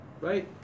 right